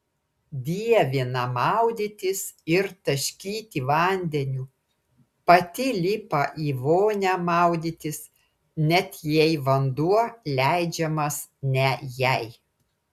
dievina maudytis ir taškyti vandeniu pati lipa į vonią maudytis net jei vanduo leidžiamas ne jai